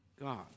God